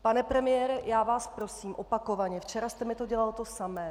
Pane premiére, já vás prosím opakovaně, včera jste mi dělal to samé.